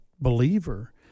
believer